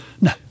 No